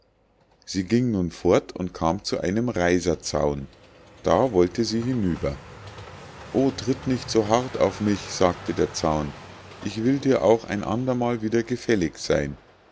sie ging nun fort und kam zu einem reiserzaun da wollte sie hinüber o tritt nicht so hart auf mich sagte der zaun ich will dir auch ein andermal wieder gefällig sein